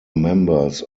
members